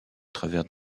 travers